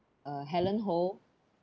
uh helen ho